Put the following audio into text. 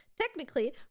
technically